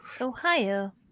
Ohio